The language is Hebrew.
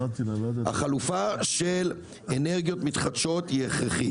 החלופה של אנרגיות מתחדשות היא הכרחית.